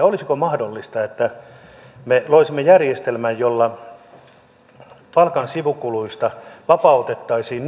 olisiko mahdollista että me loisimme järjestelmän jolla palkan sivukuluista vapautettaisiin